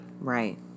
Right